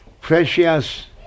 precious